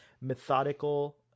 methodical